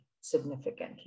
significantly